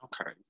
okay